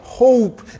hope